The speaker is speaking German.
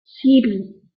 sieben